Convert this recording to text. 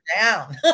down